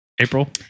April